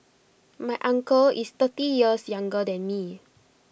my uncle is thirty years younger than me